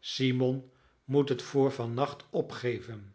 simon moet het voor van nacht opgeven